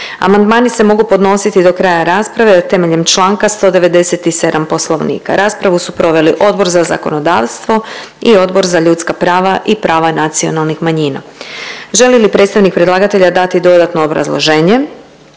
amandmani se mogu podnositi do kraja rasprave temeljem Članka 197. Poslovnika. Raspravu su proveli Odbor za zakonodavstvo, Odbor za gospodarstvo i Odbor za lokalnu i područnu regionalnu samoupravu. Želi li predstavnik predlagatelja dati dodatno obrazloženje?